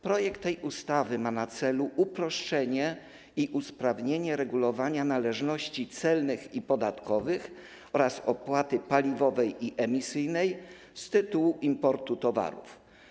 Projekt tej ustawy ma na celu uproszczenie i usprawnienie regulowania należności celnych i podatkowych oraz opłaty paliwowej i opłaty emisyjnej z tytułu importu towarów.